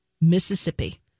Mississippi